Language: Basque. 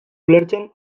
ulertzen